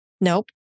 nope